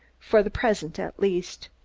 for the present at least.